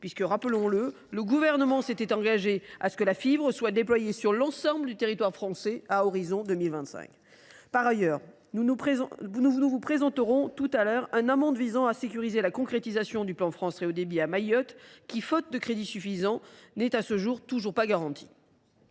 puisque, rappelons le, le Gouvernement s’était engagé à déployer la fibre sur l’ensemble du territoire à l’horizon de 2025 ! Par ailleurs, nous vous présenterons tout à l’heure un amendement visant à sécuriser la concrétisation du plan France Très Haut Débit à Mayotte, qui, faute de crédits suffisants, n’est à ce jour pas garantie.